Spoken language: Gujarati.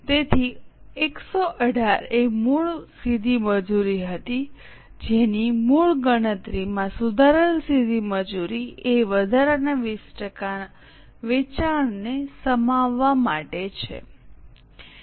તેથી 118 એ મૂળ સીધી મજૂરી હતી જેની મૂળ ગણતરીમાં સુધારેલ સીધી મજૂરી એ વધારાના 20 ટકા વેચાણને સમાવવા માટે છે